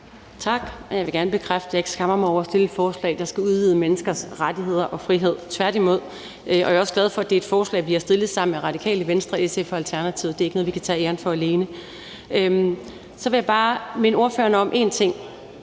Tak. Jeg vil gerne bekræfte, at jeg ikke skammer mig over at fremsætte et forslag, der skal udvide menneskers rettigheder og frihed, tværtimod. Jeg er også glad for, at det er et forslag, vi har fremsat sammen med Radikale Venstre, SF og Alternativet; det er ikke noget, vi kan tage æren for alene. Så vil jeg bare minde ordføreren om én ting,